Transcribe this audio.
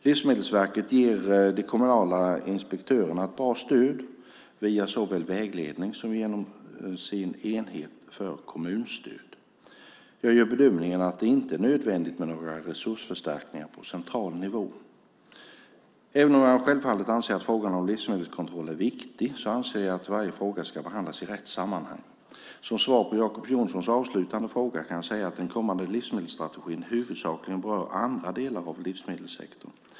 Livsmedelsverket ger de kommunala inspektörerna ett bra stöd via såväl vägledning som genom sin enhet för kommunstöd. Jag gör bedömningen att det inte är nödvändigt med några resursförstärkningar på central nivå. Även om jag självfallet anser att frågan om livsmedelskontroll är viktig anser jag att varje fråga ska behandlas i rätt sammanhang. Som svar på Jacob Johnsons avslutande fråga kan jag säga att den kommande livsmedelsstrategin huvudsakligen berör andra delar av livsmedelssektorn.